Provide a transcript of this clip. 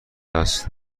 است